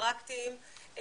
פרקטיים.